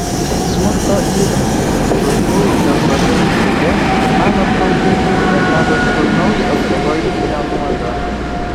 smurto įranki sulaukėjusios obels žiede mano plaukai pilni tavo švelnaus alkaloidinio nuodo